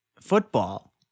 football